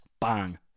bang